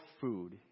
food